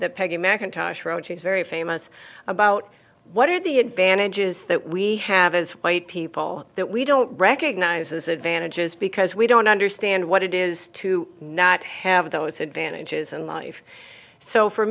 that peggy macintosh wrote she's very famous about what are the advantages that we have as white people that we don't recognize as advantages because we don't understand what it is to not have those advantages in life so for